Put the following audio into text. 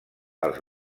els